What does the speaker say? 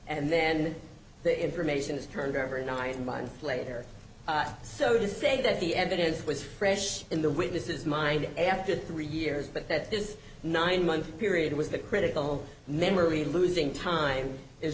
and then the information is turned over nine months later so to say that the evidence was fresh in the witnesses mind after three years but that this nine month period was the critical memory losing time is